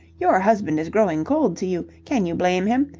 your husband is growing cold to you. can you blame him?